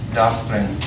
doctrine